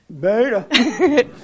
beta